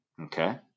okay